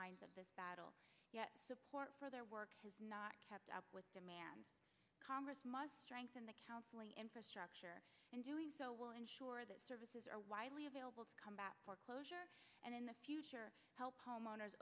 lines of this battle yet support for their work has not kept up with demand congress must strengthen the counseling infrastructure and doing so will ensure that services are widely available to combat foreclosure and in the future help homeowners